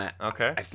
Okay